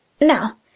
Now